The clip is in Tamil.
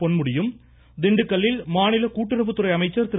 பொன்முடியும் திண்டுக்கல்லில் மாநில கூட்டுறவு துறை அமைச்சர் திரு